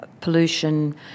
pollution